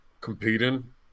competing